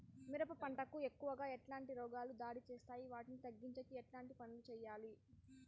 మిరప పంట కు ఎక్కువగా ఎట్లాంటి రోగాలు దాడి చేస్తాయి వాటిని తగ్గించేకి ఎట్లాంటి పనులు చెయ్యాలి?